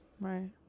right